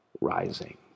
rising